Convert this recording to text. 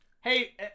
Hey